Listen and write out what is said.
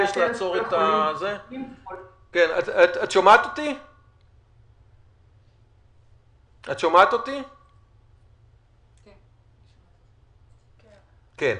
כן.